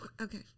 okay